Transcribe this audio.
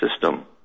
system